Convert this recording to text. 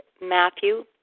Matthew